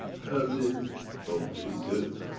has it procreated